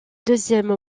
deuxième